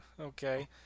Okay